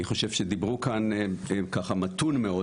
אני חושב שדיברו כאן מתון מאוד,